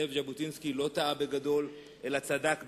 זאב ז'בוטינסקי לא טעה בגדול, אלא צדק בגדול.